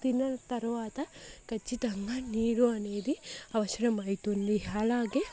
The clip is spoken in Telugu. తిన్న తరువాత ఖచ్చితంగా నీరు అనేది అవసరం అవుతుంది అలాగే